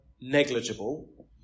negligible